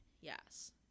Yes